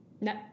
No